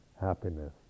happiness